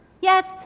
Yes